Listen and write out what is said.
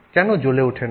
কেন জ্বলে ওঠে না